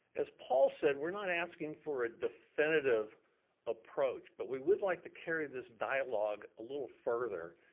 as paul said, we're not asking for a definitive approach, but we would like to carry this dialogue a little further,